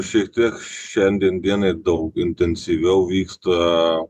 šiek tiek šiandien dienai daug intensyviau vyksta